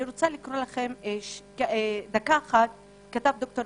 אני רוצה לקרוא לכם משהו שכתב דוקטור